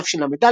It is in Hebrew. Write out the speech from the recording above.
תשל"ד,